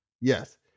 Yes